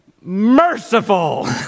merciful